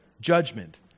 judgment